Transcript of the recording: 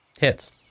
hits